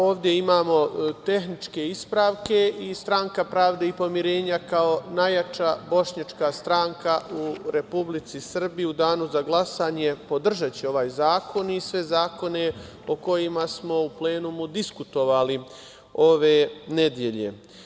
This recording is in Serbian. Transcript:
Ovde imamo tehničke ispravke i Stranka pravde i pomirenja, kao najjača bošnjačka stranka u Republici Srbiji, u danu za glasanje podržaće ovaj zakon i sve zakone o kojima smo u plenumu diskutovali ove nedelje.